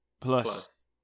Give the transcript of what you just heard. plus